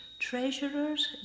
treasurers